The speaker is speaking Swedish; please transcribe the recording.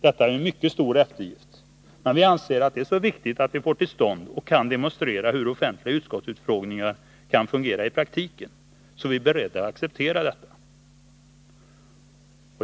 Detta är ju en mycket stor eftergift, men vi anser att det är så viktigt att vi får till stånd och kan demonstrera hur offentliga utskottsutfrågningar kan fungera i praktiken, att vi är beredda att acceptera detta.